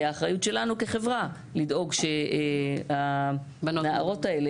האחריות שלנו כחברה היא לדאוג שהנערות האלה,